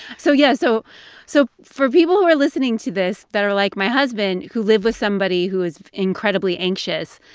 so yeah. so so for people who are listening to this that are like my husband, who live with somebody who is incredibly anxious,